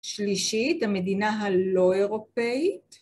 שלישית, המדינה הלא אירופאית.